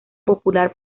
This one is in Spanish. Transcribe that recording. popular